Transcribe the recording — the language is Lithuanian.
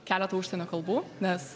keletą užsienio kalbų nes